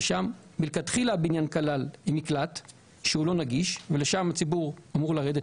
שם מלכתחילה הבניין כלל מקלט שהוא לא נגיש ולשם הציבור אמור לרדת,